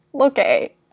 Okay